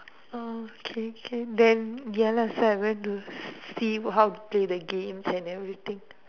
okay k then ya lah so I went to see how to play the games and everything